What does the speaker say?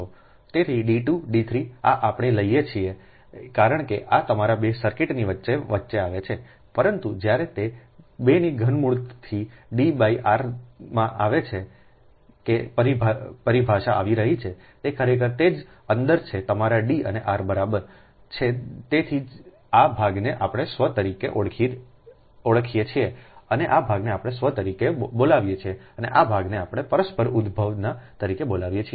તેથી D 2 D 3 આ આપણે લઈએ છીએ કારણ કે આ તમારા 2 સર્કિટની વચ્ચેની વચ્ચે આવે છે પરંતુ જ્યારે તે 2 ના ઘનમૂળથી D આરમાં આવે છે કે પરિભાષા આવી રહી છે તે ખરેખર તે જ અંદર છે તમારા D અને r બરાબર છે તેથી જ આ ભાગને આપણે સ્વ તરીકે ઓળખીએ છીએ આ ભાગને આપણે સ્વ તરીકે બોલાવીએ છીએ અને આ ભાગને આપણે પરસ્પર ઉદ્દભવના તરીકે બોલાવીએ છીએ